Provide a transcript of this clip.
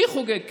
מי חוגג כאן?